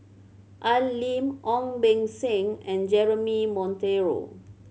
Al Lim Ong Beng Seng and Jeremy Monteiro